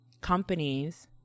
companies